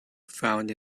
found